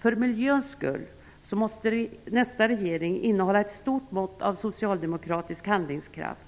För miljöns skull måste nästa regering innehålla ett stort mått av socialdemokratisk handlingskraft.